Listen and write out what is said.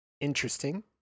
Interesting